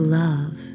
love